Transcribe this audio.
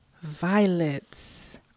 Violets